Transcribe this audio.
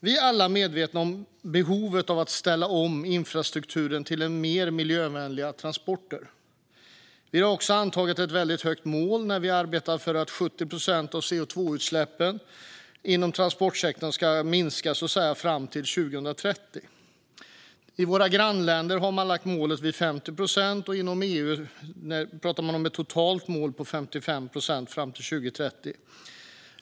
Vi är alla medvetna om behovet av att ställa om infrastrukturen till mer miljövänliga transporter. Vi har också antagit ett väldigt högt mål när vi arbetar för att CO2-utsläppen inom transportsektorn ska minska med 70 procent till 2030. I våra grannländer har man lagt målet vid 50 procent till 2030, och EU talar om ett totalt mål om att CO2 ska minska med 55 procent till 2030.